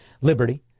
liberty